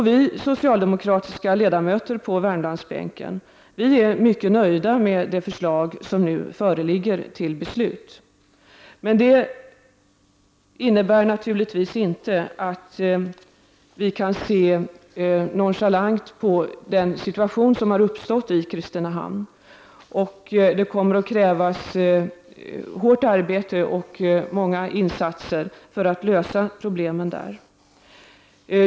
Vi socialdemokratiska ledamöter på Värmlandsbänken är mycket nöjda med de förslag till beslut som nu föreligger. Det innebär naturligtvis inte att vi kan se nonchalant på den situation som har uppstått i Kristinehamn. Det kommer att krävas hårt arbete och många insatser för att lösa problemen där.